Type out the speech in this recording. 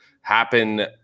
happen